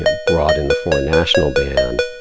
ah brought in the foreign national ban,